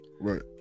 right